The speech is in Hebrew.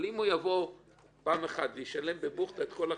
אבל אם הוא יבוא פעם אחת וישלם את כל הכסף,